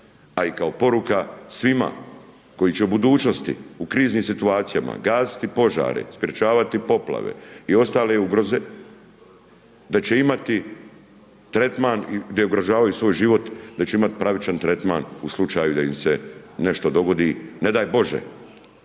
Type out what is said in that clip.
a i kao poruka svima, koji će u budućnosti, u kriznim situacijama gasiti požare, sprječavati poplave i ostale ugroze, da će imati tretman gdje ugrožavaju svoj život, da će imati tragičan tretman u slučaju da im se nešto dogodi, ne daj Bože